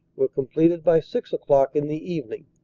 were completed by six o'clock in the evening.